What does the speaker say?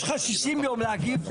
או יש לך שישים יום להגיב,